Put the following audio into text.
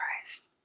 Christ